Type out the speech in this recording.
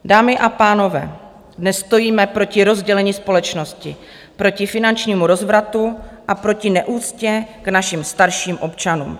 Dámy a pánové, dnes stojíme proti rozdělení společnosti, proti finančnímu rozvratu a proti neúctě k našim starším občanům.